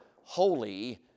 holy